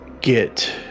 get